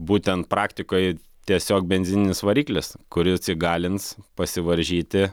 būtent praktikoj tiesiog benzininis variklis kuris įgalins pasivaržyti